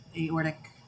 aortic